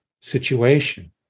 situation